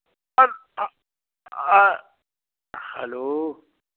hello